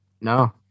No